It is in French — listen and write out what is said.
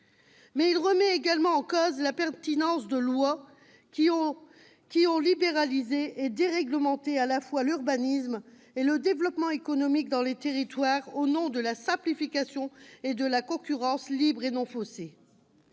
de loi remet également en cause la pertinence de lois ayant libéralisé et déréglementé, à la fois, l'urbanisme et le développement économique dans les territoires, au nom de la simplification et de la concurrence libre et non faussée.